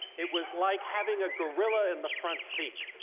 it was like having a gorilla in the front seat.